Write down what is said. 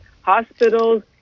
hospitals